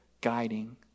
guiding